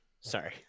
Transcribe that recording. sorry